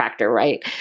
Right